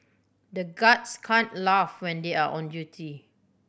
the guards can't laugh when they are on duty